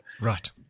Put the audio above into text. Right